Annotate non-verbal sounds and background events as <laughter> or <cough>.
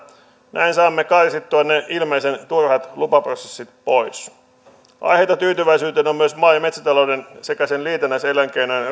näin saamme karsittua ne ilmeisen turhat lupaprosessit pois aiheita tyytyväisyyteen on myös maa ja metsätalouden sekä sen liitännäiselinkeinojen <unintelligible>